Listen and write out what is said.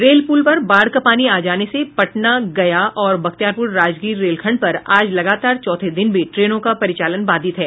rail पुल पर बाढ़ का पानी आ जाने से पटना गया और बख्तियारपुर राजगीर रेलखंड पर आज लगातार चौथे दिन भी ट्रेनों का परिचालन बाधित है